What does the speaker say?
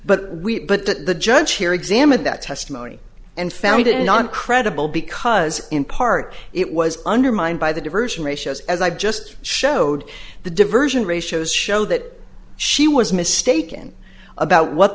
but we but the judge here examined that testimony and found it non credible because in part it was undermined by the diversion ratios as i just showed the diversion ratios show that she was mistaken about what